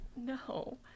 No